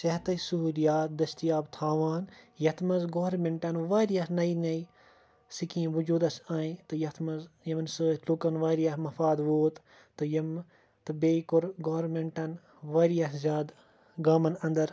صحتٕچ سہۄلِیات دٔسِیاب تھاوان یِتھ منٛز گورمیٚنٹَن واریاہ نَیہ نَیہ سِکیم وُجودَس اںہِ تہٕ یِتھ منٛز یِمَن سۭتۍ لُکَن وارِیاہ مَفاد ووت تہٕ یمہٕ تہٕ بیٚیہ کوٚر گورمیٚنٹَن واریاہ زیادٕ گامَن اَندَر